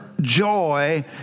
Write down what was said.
joy